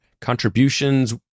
contributions